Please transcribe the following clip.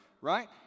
right